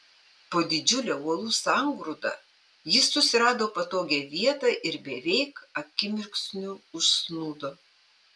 po didžiule uolų sangrūda jis susirado patogią vietą ir beveik akimirksniu užsnūdo